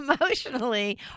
emotionally